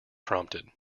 prompted